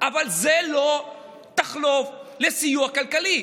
אבל זה לא תחליף לסיוע כלכלי.